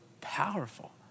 powerful